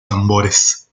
tambores